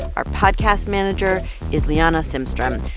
our podcast manager is liana simstrom.